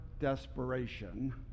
desperation